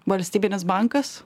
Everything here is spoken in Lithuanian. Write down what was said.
valstybinis bankas